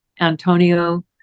Antonio